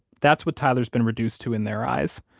that's what tyler's been reduced to in their eyes.